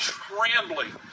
trembling